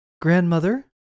grandmother